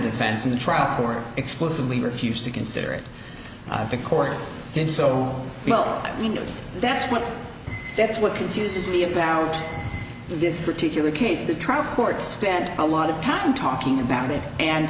defense in the trial for explicitly refused to consider it the court did so well i mean that's what that's what confuses me about this particular case the trial court spent a lot of time talking about it and